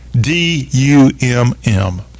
D-U-M-M